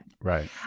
Right